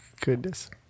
goodness